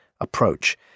approach